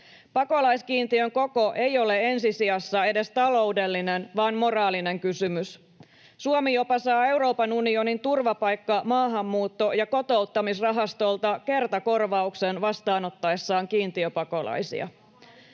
Pakolaiskiintiön koko ei ole ensi sijassa edes taloudellinen vaan moraalinen kysymys. Suomi jopa saa Euroopan unionin turvapaikka-, maahanmuutto- ja kotouttamisrahastolta kertakorvauksen vastaanottaessaan kiintiöpakolaisia.